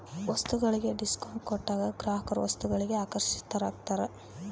ವಸ್ತುಗಳಿಗೆ ಡಿಸ್ಕೌಂಟ್ ಕೊಟ್ಟಾಗ ಗ್ರಾಹಕರು ವಸ್ತುಗಳಿಗೆ ಆಕರ್ಷಿತರಾಗ್ತಾರ